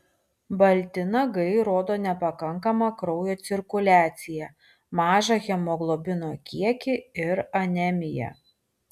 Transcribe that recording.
balti nagai rodo nepakankamą kraujo cirkuliaciją mažą hemoglobino kiekį ir anemiją